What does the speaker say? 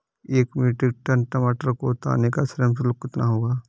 एक metric ton टमाटर को उतारने का श्रम शुल्क कितना होगा?